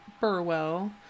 Burwell